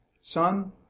Son